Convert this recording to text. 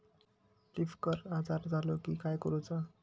Leaf curl आजार झालो की काय करूच?